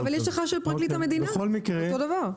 לא, אבל יש לך של פרקליט המדינה, זה אותו הדבר.